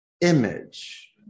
image